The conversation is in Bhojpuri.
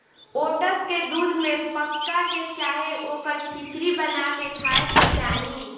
ओट्स के दूध में पका के चाहे ओकर खिचड़ी बना के खाए के चाही